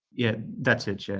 yeah, that's it, yeah